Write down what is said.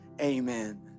amen